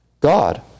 God